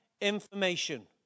information